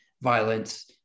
violence